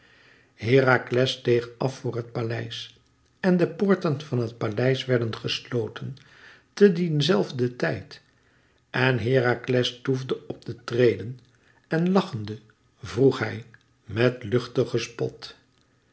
herakles steeg af voor het paleis en de poorten van het paleis werden gesloten te dien zelfden tijd en herakles toefde op de treden en lachende vroeg hij met luchten spot